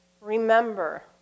Remember